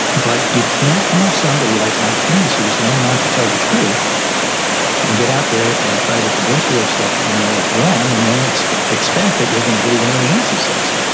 but you can't have somebody like mike pence who is known not to tell the truth and get out there and try to convince you of stuff that you know is wrong and then expect expect that you're gonna believe and and anything else, he says.